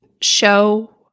show